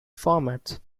formats